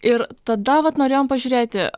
ir tada vat norėjom pažiūrėti